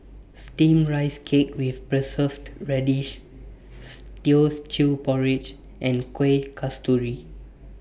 Steamed Rice Cake with Preserved Radish Teochew Porridge and Kuih Kasturi